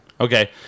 Okay